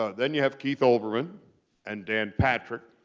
ah then you have keith olbermann and dan patrick.